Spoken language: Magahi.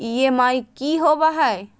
ई.एम.आई की होवे है?